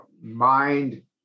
mind